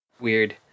weird